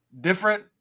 different